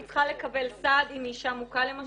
היא צריכה לקבל סעד אם היא אישה מוכה למשל